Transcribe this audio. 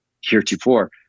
heretofore